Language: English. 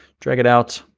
drag it out.